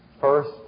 First